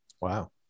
Wow